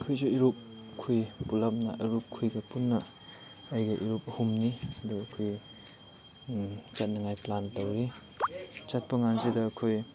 ꯑꯩꯈꯣꯏꯁꯨ ꯏꯔꯨꯞꯈꯣꯏ ꯄꯨꯂꯞꯅ ꯏꯔꯨꯞꯈꯣꯏꯒ ꯄꯨꯟꯅ ꯑꯩꯒ ꯏꯔꯨꯞ ꯑꯍꯨꯝꯅꯤ ꯑꯗꯨ ꯑꯩꯈꯣꯏ ꯆꯠꯅꯤꯡꯉꯥꯏ ꯄ꯭ꯂꯥꯟ ꯇꯧꯔꯤ ꯆꯠꯄꯀꯥꯟꯁꯤꯗ ꯑꯩꯈꯣꯏ